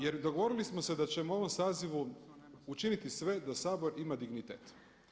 Jer dogovorili smo se da ćemo u ovom sazivu učiniti sve da Sabor ima dignitete.